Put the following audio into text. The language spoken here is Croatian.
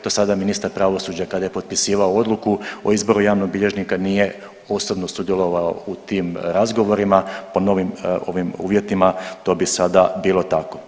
Do sada ministar pravosuđa kada je potpisao odluku o izboru javnog bilježnika nije osobno sudjelovao u tim razgovorima po novim uvjetima to bi sada bilo tako.